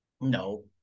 no